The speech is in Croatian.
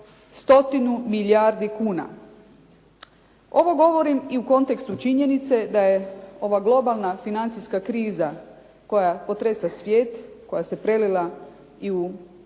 100 milijardi kuna. Ovo govorim i u kontekstu činjenice da je ova globalna financijska kriza koja potresa svijet, koja se prelila i u